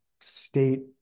state